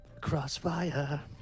crossfire